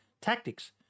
tactics